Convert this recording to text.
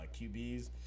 qbs